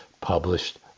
published